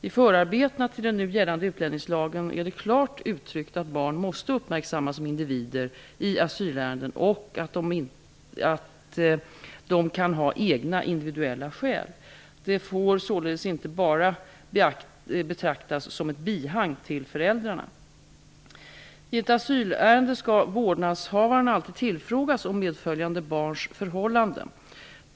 I förarbetena till den nu gällande utlänningslagen är det klart uttryckt att barn måste uppmärksammas som individer i asylärenden och att de kan ha egna individuella skäl. De får således inte bara betraktas som ett bihang till föräldrarna. I ett asylärende skall vårdnadshavaren alltid tillfrågas om medföljande barns förhållanden.